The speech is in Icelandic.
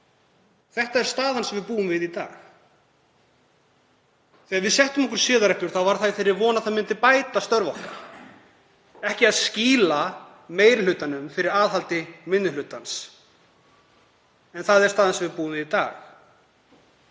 Þetta er staðan sem við búum við í dag. Þegar við settum okkur siðareglur var það í þeirri von að það myndi bæta störf okkar, ekki að skýla meiri hlutanum fyrir aðhaldi minni hlutans. En það er staðan sem við búum við í dag.